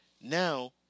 now